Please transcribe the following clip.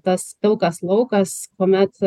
tas pilkas laukas kuomet